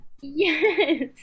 yes